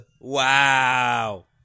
Wow